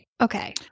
Okay